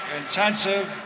intensive